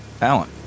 Alan